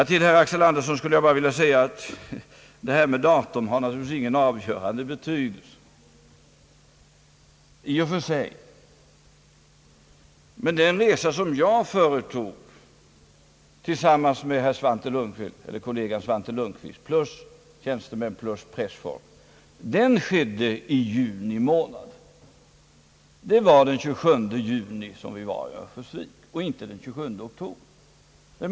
Till herr Axel Andersson skulle jag bara vilja säga, att datum naturligtvis inte har någon avgörande betydelse i och för sig. Men den resa som jag företog tillsammans med kollegan Svante Lundkvist plus tjänstemän och pressfolk, den ägde rum i juni — vi var i Örnsköldsvik den 27 juni och inte den 27 oktober.